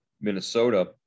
Minnesota